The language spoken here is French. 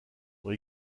ont